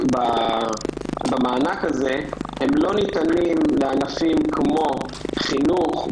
במענק הזה לא ניתנים לענפים כמו חינוך,